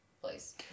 place